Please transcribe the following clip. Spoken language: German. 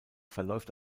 verläuft